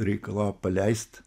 reikalavo paleist